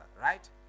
right